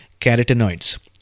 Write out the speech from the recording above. carotenoids